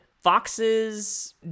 foxes